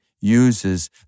uses